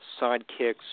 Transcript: sidekicks